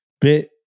bit